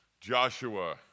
Joshua